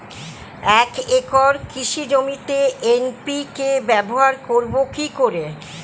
এক একর কৃষি জমিতে এন.পি.কে ব্যবহার করব কি করে?